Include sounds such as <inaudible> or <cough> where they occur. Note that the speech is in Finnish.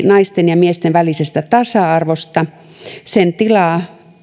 <unintelligible> naisten ja miesten välisestä tasa arvosta tilaa